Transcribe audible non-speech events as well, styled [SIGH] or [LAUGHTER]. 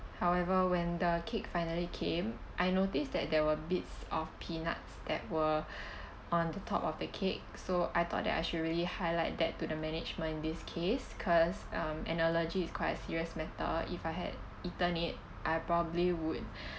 however when the cake finally came I noticed that there were bits of peanuts that were [BREATH] on the top of the cake so I thought that I should really highlight that to the management in this case cause um an allergy is quite a serious matter if I had eaten it I probably would